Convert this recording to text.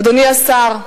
אדוני השר,